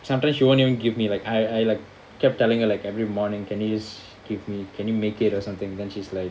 sometimes she won't even give me like I I like kept telling her like every morning can you just give me can you make it or something and then she's like